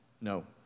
No